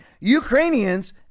Ukrainians